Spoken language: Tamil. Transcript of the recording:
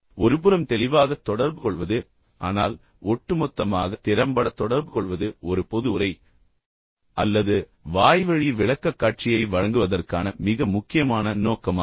ஒருபுறம் தெளிவாக தொடர்புகொள்வது ஆனால் ஒட்டுமொத்தமாக திறம்பட தொடர்புகொள்வது ஒரு பொது உரை அல்லது வாய்வழி விளக்கக்காட்சியை வழங்குவதற்கான மிக முக்கியமான நோக்கமாகும்